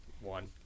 One